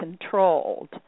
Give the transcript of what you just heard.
controlled